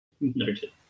Noted